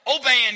Obeying